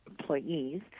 employees